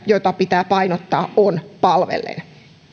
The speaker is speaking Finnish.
jota pitää painottaa on palvellen